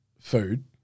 food